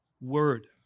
word